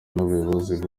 n’ubuyobozi